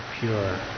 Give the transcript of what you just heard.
pure